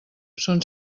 són